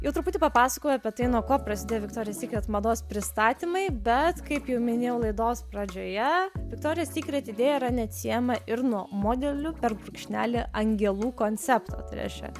jau truputį papasakojau apie tai nuo ko prasidėjo viktorijos sykret mados pristatymai bet kaip jau minėjau laidos pradžioje viktorijos sykret idėja yra neatsiejama ir nuo modelių per brūkšnelį angelų koncepto tai reiškia